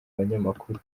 abanyamakuru